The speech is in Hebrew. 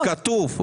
זה כתוב.